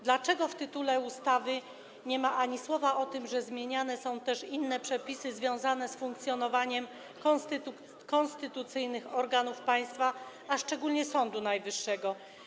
Dlaczego w tytule ustawy nie ma ani słowa o tym, że zmieniane są też inne przepisy związane z funkcjonowaniem konstytucyjnych organów państwa, a szczególnie Sądu Najwyższego?